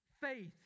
faith